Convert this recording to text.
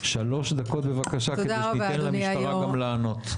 שלוש דקות, בבקשה, כדי שניתן למשטרה גם לענות.